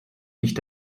nicht